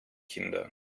kinder